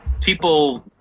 People